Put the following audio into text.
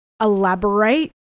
elaborate